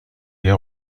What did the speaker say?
ihr